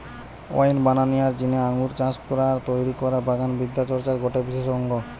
wine বানানিয়ার জিনে আঙ্গুর চাষ আর তৈরি করা বাগান বিদ্যা চর্চার গটে বিশেষ অঙ্গ